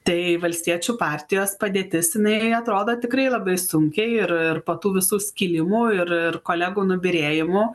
tai valstiečių partijos padėtis jinai atrodo tikrai labai sunkiai ir po tų visų skilimų ir ir kolegų nubyrėjimų